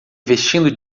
vestindo